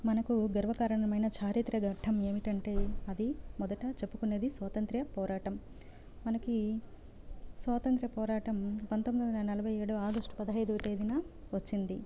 మనకు గర్వకారణమైన చారిత్రక ఘట్టం ఏమిటంటే అది మొదట చెప్పుకునేది స్వాతంత్య్ర పోరాటం మనకి స్వాతంత్య్ర పోరాటం పంతొమ్మిది వందల నలభై ఏడు ఆగష్టు పదహైదవ తేదీన వచ్చింది